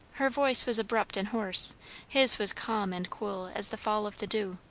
her voice was abrupt and hoarse his was calm and cool as the fall of the dew.